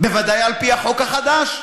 בוודאי על-פי החוק החדש: